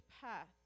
path